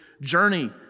journey